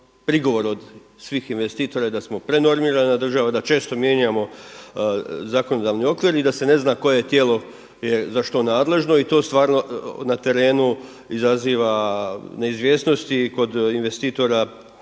prigovor od svih investitora je da smo prenormirana država, da često mijenjamo zakonodavni okvir i da se ne zna koje tijelo je za što nadležno i to stvarno na terenu izaziva neizvjesnost i kod investitora